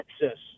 Texas